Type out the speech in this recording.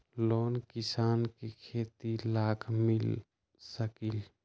Loan किसान के खेती लाख मिल सकील?